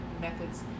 methods